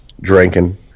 drinking